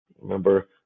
Remember